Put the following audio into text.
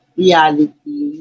reality